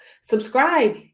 subscribe